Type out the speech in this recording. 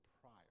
prior